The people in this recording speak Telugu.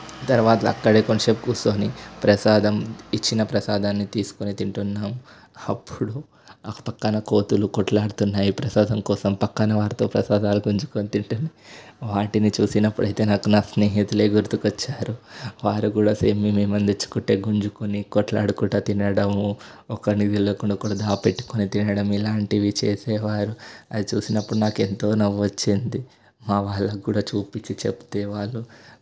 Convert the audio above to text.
తరువాత అక్కడే కొంచెం సేపు కూర్చొని ప్రసాదం ఇచ్చిన ప్రసాదాన్ని తీసుకొని తింటున్నాము అప్పుడు ఆ ప్రక్కన కోతులు కొట్లాడుతున్నాయి ప్రసాదం కోసం ప్రక్కన వాడితో ప్రసాదాలు పంచుకొని తింటూ వాటిని చూసినప్పుడైతే నాకూ నా స్నేహితులే గుర్తుకొచ్చారు వారు కూడా సేమ్ మేము ఏదైనా తెచ్చుకుంటే గుంజుకొని కొట్లాడుకుంటూ తినడం ఒకడికి తెలియకుండా ఒకడు దాచిపెట్టుకొని తినడం ఇలాంటివి చేసేవారు అది చూసినప్పుడు నాకు ఎంతో నవ్వు వచ్చింది మా వాళ్ళకి కూడా చూపించి చెబితే వాళ్ళు